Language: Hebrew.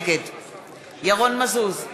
נגד ירון מזוז,